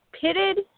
Pitted